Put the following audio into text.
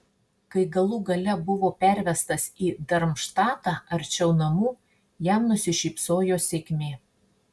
kai galų gale buvo pervestas į darmštatą arčiau namų jam nusišypsojo sėkmė